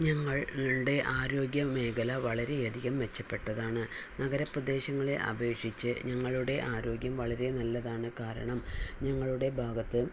ഞങ്ങൾ ഞങ്ങളുടെ ആരോഗ്യമേഖല വളരെയധികം മെച്ചപ്പെട്ടതാണ് നഗരപ്രദേശങ്ങളെ അപേക്ഷിച്ച് ഞങ്ങളുടെ ആരോഗ്യം വളരെ നല്ലതാണ് കാരണം ഞങ്ങളുടെ ഭാഗത്ത്